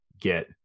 get